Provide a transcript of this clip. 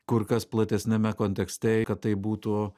kur kas platesniame kontekste kad tai būtų